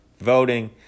voting